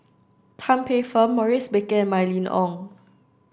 Tan Paey Fern Maurice Baker and Mylene Ong